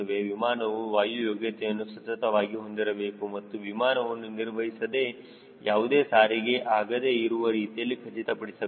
ವಿಮಾನವು ವಾಯು ಯೋಗ್ಯತೆಯನ್ನು ಸತತವಾಗಿ ಹೊಂದಿರಬೇಕು ಮತ್ತು ವಿಮಾನವನ್ನು ನಿರ್ವಹಿಸದೆ ಯಾವುದೇ ಸಾರಿಗೆ ಆಗದೆ ಇರುವ ರೀತಿಯಲ್ಲಿ ಖಚಿತಪಡಿಸಬೇಕು